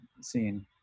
scene